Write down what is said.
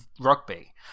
rugby